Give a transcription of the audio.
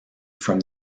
from